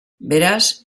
beraz